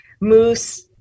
moose